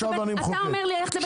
אתה אומר לי ללכת לבית משפט?